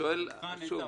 נבחן את ההבטחה.